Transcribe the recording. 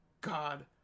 god